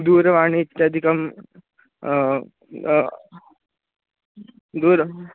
दूरवाणी इत्यादिकं दूरम्